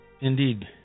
Indeed